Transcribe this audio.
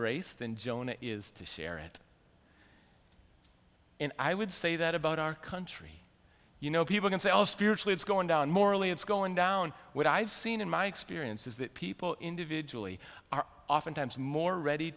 grace than jonah is to share it and i would say that about our country you know people can say all spiritually it's going down morally it's going down what i've seen in my experience is that people individually are often times more ready